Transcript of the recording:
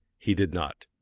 he did not.